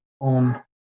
on